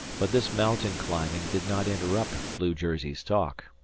but this mountain-climbing did not interrupt blue-jersey's talk.